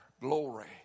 Glory